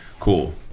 Cool